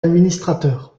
administrateur